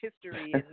history